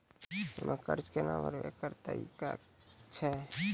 हम्मय कर्जा केना भरबै, एकरऽ की तरीका छै?